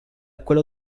quello